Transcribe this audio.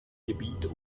gebiet